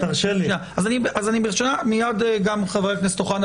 אז מיד גם חבר הכנסת אוחנה,